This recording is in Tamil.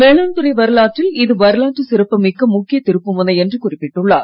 வேளாண் துறை வரலாற்றில் இது வரலாற்று சிறப்பு மிக்க முக்கிய திருப்புமுனை என்று குறிப்பிட்டுள்ளார்